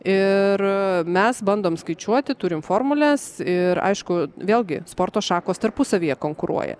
ir mes bandom skaičiuoti turim formules ir aišku vėlgi sporto šakos tarpusavyje konkuruoja